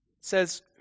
says